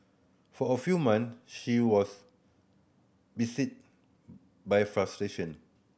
for a few month she was beset by frustration